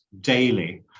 daily